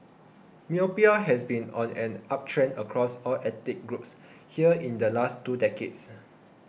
myopia has been on an uptrend across all ethnic groups here in the last two decades